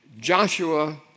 Joshua